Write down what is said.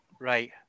Right